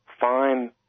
fine